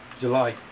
July